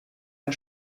der